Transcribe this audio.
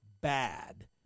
bad